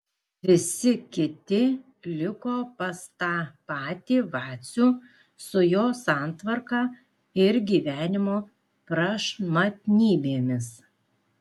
visi kiti liko pas tą patį vacių su jo santvarka ir gyvenimo prašmatnybėmis